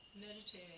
meditating